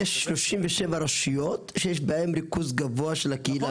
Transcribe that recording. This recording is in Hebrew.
יש 37 רשויות שיש בהן ריכוז גבוה של הקהילה.